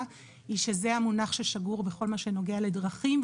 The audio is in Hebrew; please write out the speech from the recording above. הוא שזה המונח ששגור בכל מה שנוגע לדרכים,